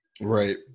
Right